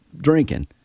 drinking